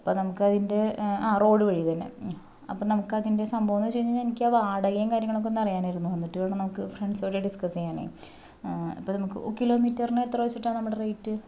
അപ്പോൾ നമുക്ക് അതിൻ്റെ ആ റോഡ് വഴി തന്നെ അപ്പോൾ നമുക്ക് അതിൻ്റെ സംഭവം എന്താണെന്ന് വച്ചു കഴിഞ്ഞാൽ എനിക്ക് ആ വാടകയും കാര്യങ്ങളുമൊക്കെ ഒന്ന് അറിയാനായിരുന്നു എന്നിട്ട് വേണം നമുക്ക് ഫ്രണ്ട്സ് ആയിട്ടൊക്കെ ഒന്ന് ഡിസ്കസ് ചെയ്യാനാണ് ഇപ്പോൾ നമുക്ക് കിലോമീറ്ററിന് ന് എത്ര വച്ചിട്ടാണ് നമ്മുടെ റേറ്റ്